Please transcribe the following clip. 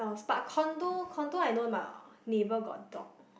but condo condo I know my neighbour got dog